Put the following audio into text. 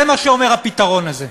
זה מה שאומר הפתרון הזה,